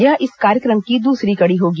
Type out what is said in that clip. यह इस कार्यक्रम की दूसरी कड़ी होगी